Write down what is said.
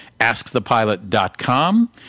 askthepilot.com